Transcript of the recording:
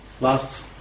Last